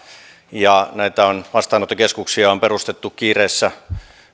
ja näitä vastaanottokeskuksia on perustettu kiireessä